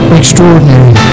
extraordinary